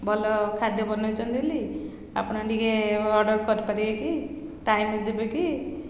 ଭଲ ଖାଦ୍ୟ ବନେଇଛନ୍ତି ହେ ବୋଲି ଆପଣ ଟିକେ ଅର୍ଡ଼ର୍ କରିପାରିବେ କି ଟାଇମ୍ ଦେବେ କି